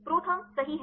ProTherm सही है